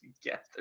together